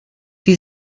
die